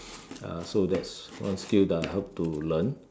uh so that's one skill that I hope to learn